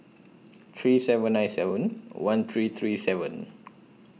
three seven nine seven one three three seven